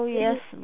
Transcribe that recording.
yes